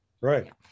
Right